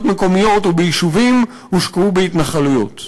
מקומיות או ביישובים הושקעו בהתנחלויות.